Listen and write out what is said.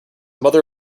mother